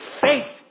Faith